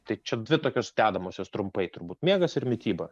tai čia dvi tokios dedamosios trumpai turbūt miegas ir mityba